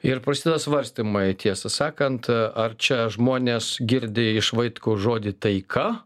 ir prasideda svarstymai tiesą sakant ar čia žmonės girdi iš vaitkaus žodį taika